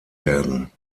werden